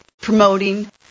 promoting